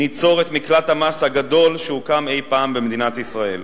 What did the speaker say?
ניצור את מקלט המס הגדול שהוקם אי-פעם במדינת ישראל,